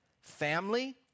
family